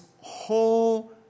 whole